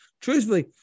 truthfully